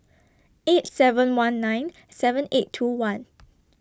eight seven one nine seven eight two one